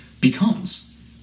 becomes